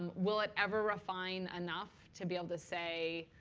um will it ever refine enough to be able to say,